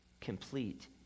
complete